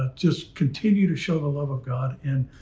ah just continue to show the love of god and.